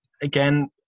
again